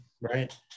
right